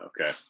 Okay